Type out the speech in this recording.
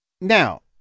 now